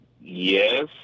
Yes